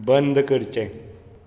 बंद करचें